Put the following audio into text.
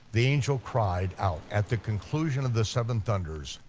the angel cried out at the conclusion of the seven thunders,